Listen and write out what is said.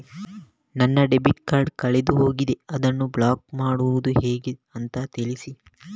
ನನ್ನ debit card ಕಳೆದು ಹೋಗಿದೆ, ಅದನ್ನು ಬ್ಲಾಕ್ ಮಾಡುವುದು ಹೇಗೆ ಅಂತ ತಿಳಿಸಿ?